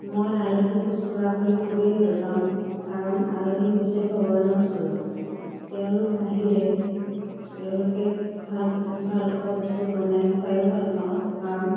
মই আলহীক শুশ্ৰূষা কৰি খুবেই ভাল পাওঁ কাৰণ আলহী হৈছে ভগৱানৰ স্বৰূপ তেওঁলোক আহিলে তেওঁলোকে ভাল ভালপোৱা বস্তু বনাই খুৱায়ো ভাল পাওঁ কাৰণ